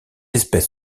espèce